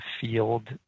field